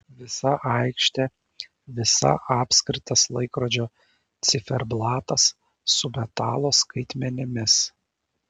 visa aikštė visa apskritas laikrodžio ciferblatas su metalo skaitmenimis